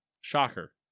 shocker